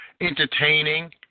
entertaining